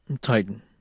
Titan